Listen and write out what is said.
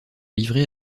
livrer